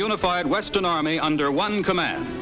unified western army under one command